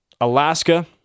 Alaska